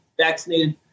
vaccinated